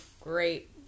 great